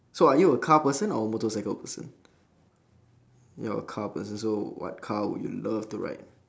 so are you a car person or a motorcycle person you're a car person so what car would you love to ride